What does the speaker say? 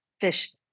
fish